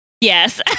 Yes